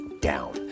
down